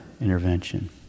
intervention